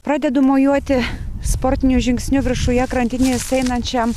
pradedu mojuoti sportiniu žingsniu viršuje krantinės einančiam